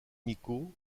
amicaux